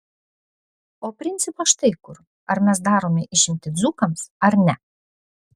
o principas štai kur ar mes darome išimtį dzūkams ar ne